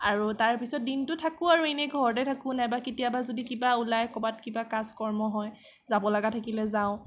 আৰু তাৰপিছত দিনটো থাকোঁ আৰু এনেই ঘৰতে থাকোঁ নাইবা কেতিয়াবা যদি কিবা ওলায় ক'ৰবাত কিবা কাজ কৰ্ম হয় যাব লগা থাকিলে যাওঁ